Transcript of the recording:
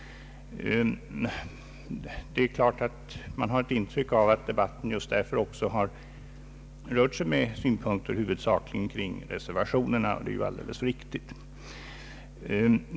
Man har ett intryck av att debatten just därför har rört sig med synpunkter huvudsakligen kring reservationerna, och det är ju alldeles riktigt.